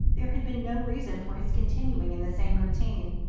there had been no reason for his continuing in the same routine.